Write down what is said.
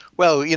well, yeah